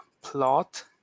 plot